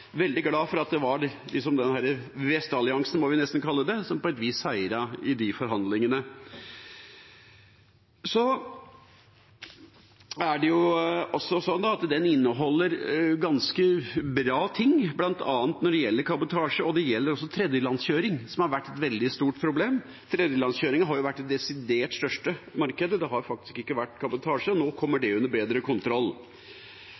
veldig glad for at det var denne vestalliansen – må vi nesten kalle det – som på et vis seiret i de forhandlingene. Den inneholder ganske mye bra, bl.a. når det gjelder kabotasje. Det gjelder også tredjelandskjøring, som har vært et veldig stort problem. Tredjelandskjøringen har jo vært det desidert største markedet – det har faktisk ikke vært kabotasje – og nå kommer